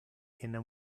viene